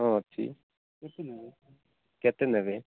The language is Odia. ହଁ ଅଛି କେତେ ନେବେ